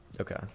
okay